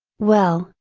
well,